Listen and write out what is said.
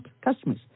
customers